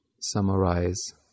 summarize